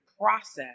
process